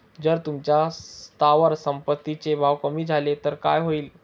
जर तुमच्या स्थावर संपत्ती चे भाव कमी झाले तर काय होईल?